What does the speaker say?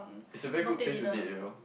is a very good place to date you know